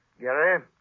Gary